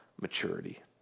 maturity